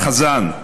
חזן,